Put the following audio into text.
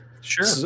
Sure